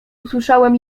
usłyszałem